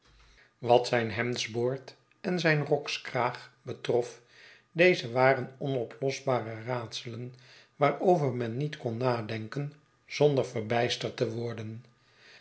wat zijn hemdsboord en zyn rokskraag betrof deze waren onoplosbare raadselen waarover men niet kon nadenken zonder verbijsterd te worden